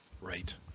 Right